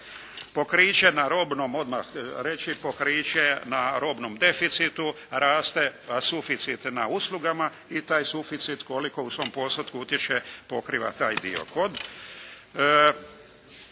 Pokriće na robnom odmah reći, pokriće na robnom deficitu raste suficit na uslugama i taj suficit koliko u svom postotku utječe, pokriva taj dio. Kod